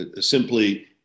simply